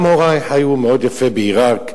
גם הורי חיו מאוד יפה בעירק,